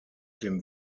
dem